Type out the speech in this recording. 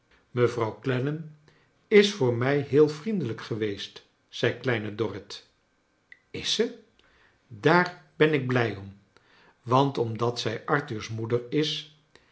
mevrouw clennam is voor mij heel vriendelijk geweest zei kleine dorrit is ze daar ben ik blij om want omdat zij arthur's moeder is